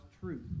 truth